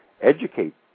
educate